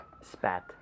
Spat